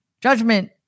judgment